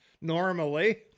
normally